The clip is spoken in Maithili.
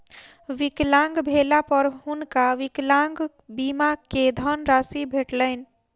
विकलांग भेला पर हुनका विकलांग बीमा के धनराशि भेटलैन